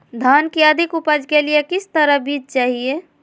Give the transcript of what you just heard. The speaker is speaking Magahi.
धान की अधिक उपज के लिए किस तरह बीज चाहिए?